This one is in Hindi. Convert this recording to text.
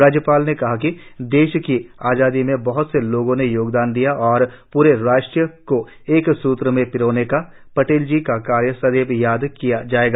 राज्यपाल ने कहा कि देश की आजादी में बह्त से लोगों ने योगदान दिया और पूरे राष्ट्र को एक सूत्र में पिरोने का पटेलजी का कार्य सदैव याद किया जाएगा